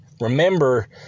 remember